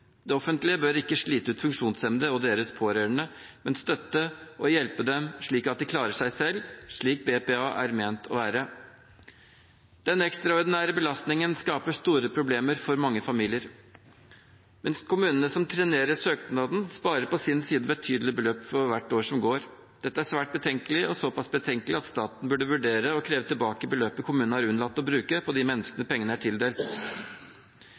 Det offentlige bør ikke slite ut funksjonshemmede og deres pårørende, men støtte og hjelpe dem slik at de klarer seg selv – slik BPA er ment å være. Den ekstraordinære belastningen skaper store problemer for mange familier, mens kommunene som trenerer søknadene, på sin side sparer betydelige beløp for hvert år som går. Dette er svært betenkelig og så pass betenkelig at staten burde vurdere å kreve tilbake beløpet kommunene har unnlatt å bruke på de menneskene pengene er tildelt.